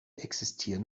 existieren